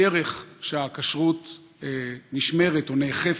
הדרך שבה הכשרות נשמרת ונאכפת,